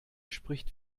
spricht